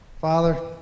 Father